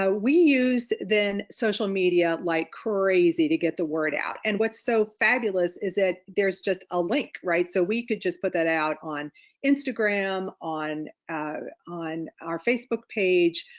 ah we used then social media like crazy to get the word out. and what's so fabulous is that there's just a link, right? so we could just put that out on instagram on on our facebook page,